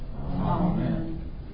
Amen